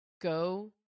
Go